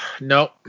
Nope